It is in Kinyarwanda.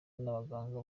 n’abaganga